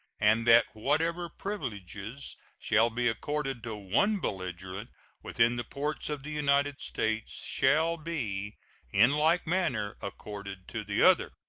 and that whatever privileges shall be accorded to one belligerent within the ports of the united states shall be in like manner accorded to the other.